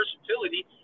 versatility